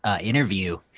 interview